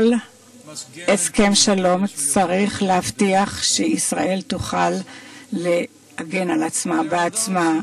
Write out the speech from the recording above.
כל הסכם שלום צריך להבטיח את היכולת של מדינת ישראל להגן על עצמה בעצמה.